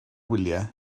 wyliau